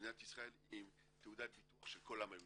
מדינת ישראל היא תעודת הביטוח של כל העם היהודי,